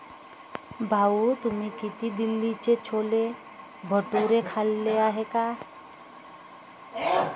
भाऊ, तुम्ही कधी दिल्लीचे छोले भटुरे खाल्ले आहेत का?